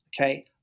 okay